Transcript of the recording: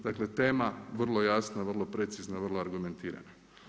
Dakle tema vrlo jasna, vrlo precizna, vrlo argumentirana.